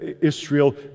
Israel